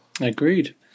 Agreed